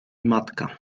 matka